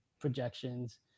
projections